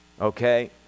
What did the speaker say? okay